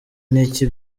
niki